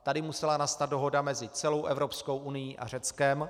Tady musela nastat dohoda mezi celou Evropskou unií a Řeckem.